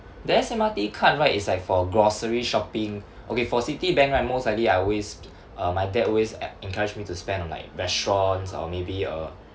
the S_M_R_T card right it's like for grocery shopping okay for Citibank right most likely I always uh my dad always e~ encourage me to spend on like restaurants or maybe uh